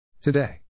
Today